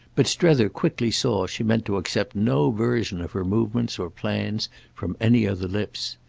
but strether quickly saw she meant to accept no version of her movements or plans from any other lips.